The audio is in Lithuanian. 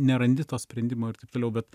nerandi to sprendimo ir taip toliau bet